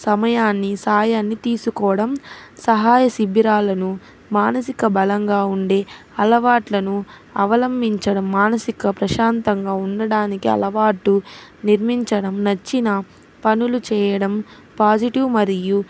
సమయాన్ని సాయాన్ని తీసుకోవడం సహాయ శిబిరాలను మానసిక బలంగా ఉండే అలవాట్లను అవలంబించడం మానసిక ప్రశాంతంగా ఉండడానికి అలవాటు నిర్మించడం నచ్చిన పనులు చేయడం పాజిటివ్ మరియు